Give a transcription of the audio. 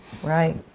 Right